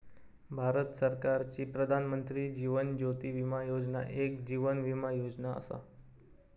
भारत सरकारची प्रधानमंत्री जीवन ज्योती विमा योजना एक जीवन विमा योजना असा